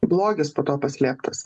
blogis po tuo paslėptas